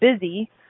busy